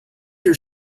your